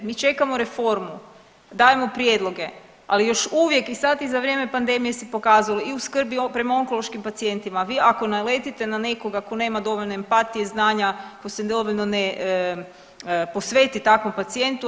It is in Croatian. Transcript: Mi čekamo reformu, dajemo prijedloge, ali još uvijek i sad i za vrijeme pandemije se pokazalo i u skrbi prema onkološkim pacijentima vi ako naletite na nekoga ko nema dovoljno empatije, znanja, ko se dovoljno ne posveti takvom pacijentu,